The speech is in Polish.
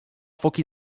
foki